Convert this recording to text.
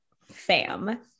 fam